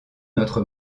notre